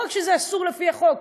לא רק שזה אסור לפי החוק,